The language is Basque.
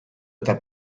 eta